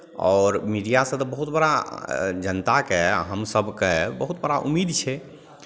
आओर मीडियासँ तऽ बहुत बड़ा जनताकेँ हम सभकेँ बहुत बड़ा उम्मीद छै